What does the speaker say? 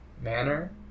manner